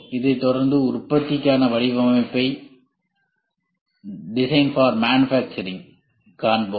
அதைத் தொடர்ந்து உற்பத்திக்கான வடிவமைப்பைக் காண்போம்